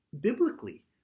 biblically